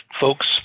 folks